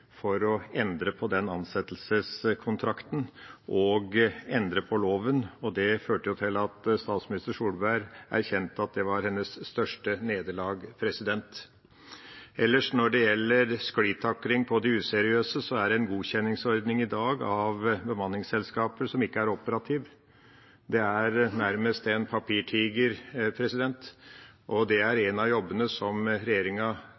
for å endre på den ansettelseskontrakten og endre på loven, og det førte jo til at statsminister Solberg erkjente at det var hennes største nederlag. Ellers, når det gjelder sklitakling på de useriøse, er det i dag en godkjenningsordning av bemanningsselskaper som ikke er operativ. Det er nærmest en papirtiger, og en av jobbene som regjeringa